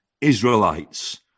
Israelites